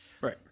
Right